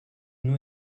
nous